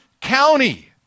County